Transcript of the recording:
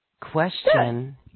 question